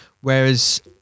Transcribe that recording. Whereas